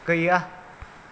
गैया